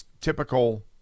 typical